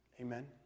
Amen